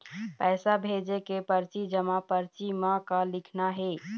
पैसा भेजे के परची जमा परची म का लिखना हे?